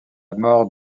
mort